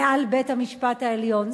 מעל בית-המשפט העליון.